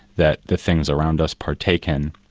that the things around us partake in,